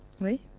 Oui